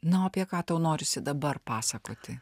na o apie ką tau norisi dabar pasakoti